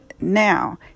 now